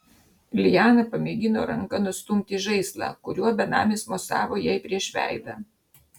liana pamėgino ranka nustumti žaislą kuriuo benamis mosavo jai prieš veidą